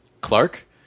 Clark